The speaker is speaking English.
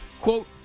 quote